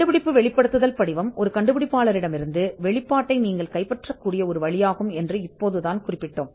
கண்டுபிடிப்பு வெளிப்படுத்தல் படிவம் ஒரு கண்டுபிடிப்பாளரிடமிருந்து வெளிப்பாட்டை நீங்கள் கைப்பற்றக்கூடிய ஒரு வழியாகும் என்று நாங்கள் குறிப்பிட்டோம்